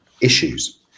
issues